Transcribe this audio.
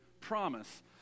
promise